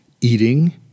eating